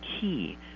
key